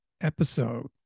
episode